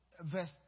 verse